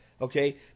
Okay